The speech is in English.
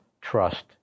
trust